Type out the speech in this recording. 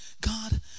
God